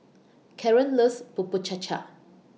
Karon loves Bubur Cha Cha